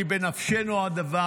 כי בנפשנו הדבר.